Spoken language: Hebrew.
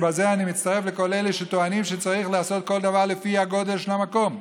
ובזה אני מצטרף לכל אלה שטוענים שצריך לעשות כל דבר לפי הגודל של מקום.